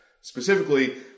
Specifically